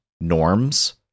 norms